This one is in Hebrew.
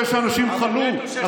אחרי שאנשים חלו,